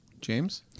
James